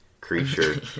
creature